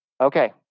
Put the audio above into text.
Okay